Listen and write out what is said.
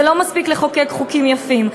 לא מספיק לחוקק חוקים יפים,